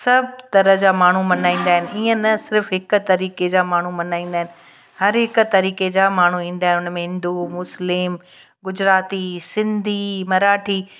सभु तरह जा माण्हू मल्हाईंदा आहिनि इअं न सिर्फ़ु हिकु तरीक़े जा माण्हू मल्हाईंदा आहिनि हर हिकु तरीक़े जा माण्हू ईंदा आहिनि हुन में हिंदू मुस्लिम गुजराती सिंधी मराठी